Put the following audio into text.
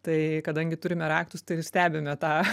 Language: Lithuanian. tai kadangi turime raktus tai stebime tą